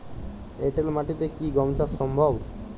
এঁটেল মাটিতে কি গম চাষ সম্ভব?